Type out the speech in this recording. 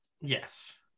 yes